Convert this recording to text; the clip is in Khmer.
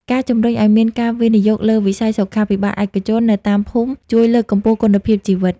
ការជម្រុញឱ្យមានការវិនិយោគលើ "វិស័យសុខាភិបាលឯកជន" នៅតាមភូមិ ជួយលើកកម្ពស់គុណភាពជីវិត។